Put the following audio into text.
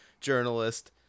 journalist